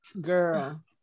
Girl